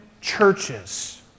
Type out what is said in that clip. churches